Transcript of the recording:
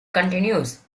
continues